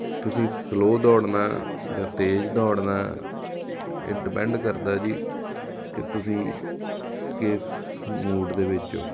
ਤੁਸੀਂ ਸਲੋਅ ਦੌੜਨਾ ਜਾਂ ਤੇਜ਼ ਦੌੜਨਾ ਇਹ ਡਿਪੈਂਡ ਕਰਦਾ ਜੀ ਕਿ ਤੁਸੀਂ ਕਿਸ ਮੂਡ ਦੇ ਵਿੱਚ ਹੋ